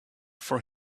for